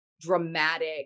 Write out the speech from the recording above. dramatic